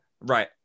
Right